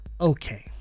okay